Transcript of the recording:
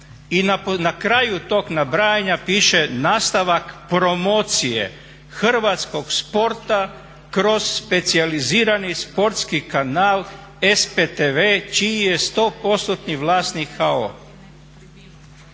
I na kraju tog nabrajanja piše nastavak promocije hrvatskog sporta kroz specijalizirani sportski kanal SPTV čiji je stopostotni